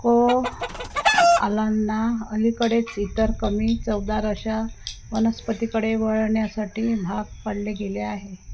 कोआलांना अलीकडेच इतर कमी चवदार अशा वनस्पतीकडे वळण्यासाठी भाग पाडले गेले आहे